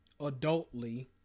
adultly